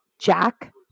Jack